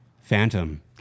Phantom